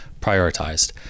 prioritized